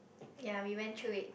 ya we went through it